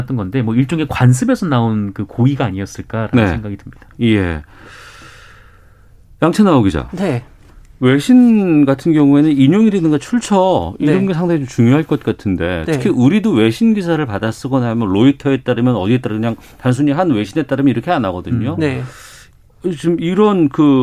건데 뭐 일종의 관습에서 나온 그 고의가 아니었을까라는 네. 생각이 듭니다. 예. 양채나오 기자. 네. 외신 같은 경우에는 인용일이든가 출처 이런 네. 게 상당히 중요할 것 같은데 특히 네. 우리도 외신 기사를 받아 쓰거나 하면 로이터에 따르면 어디에 따르면 그냥 단순히 한 외신에 따르면 이렇게 안 하거든요. 네. 지금 이런 그